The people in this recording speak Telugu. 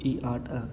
ఈ ఆట